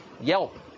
Yelp